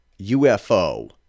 UFO